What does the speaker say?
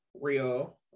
real